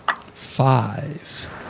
Five